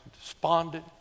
despondent